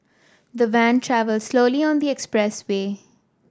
the van travelled slowly on the expressway